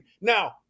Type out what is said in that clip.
Now –